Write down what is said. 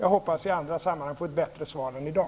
Jag hoppas att jag i andra sammanhang kan få bättre svar än i dag.